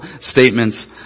statements